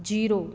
zero